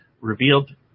revealed